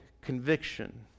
conviction